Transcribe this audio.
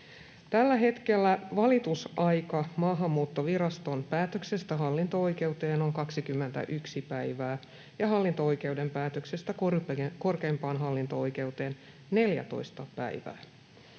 Tällä hetkellä valitusaika Maahanmuuttoviraston päätöksestä hallinto-oikeuteen on 21 päivää ja hallinto-oikeuden päätöksestä korkeimpaan hallinto-oikeuteen 14 päivää.